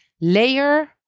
layer